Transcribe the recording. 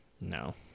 No